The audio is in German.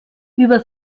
über